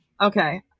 Okay